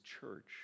church